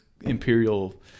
imperial